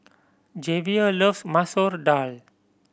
Javier loves Masoor Dal